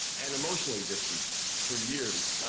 and emotionally distant for years.